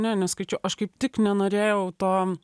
ne neskaičiau aš kaip tik nenorėjau to